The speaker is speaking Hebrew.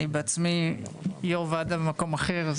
אני יושב-ראש ועדה במקום אחר.